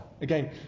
again